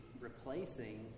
replacing